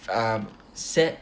um sad